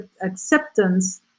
acceptance